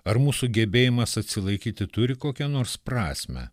ar mūsų gebėjimas atsilaikyti turi kokią nors prasmę